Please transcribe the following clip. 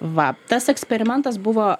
va tas eksperimentas buvo